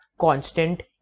constant